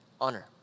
honor